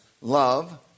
love